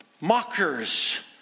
Mockers